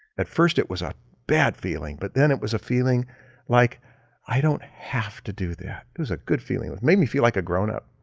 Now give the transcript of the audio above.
at first it was a bad feeling, but then it was a feeling like i don't have to do that. it was a good feeling. made me feel like a grown-up.